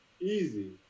Easy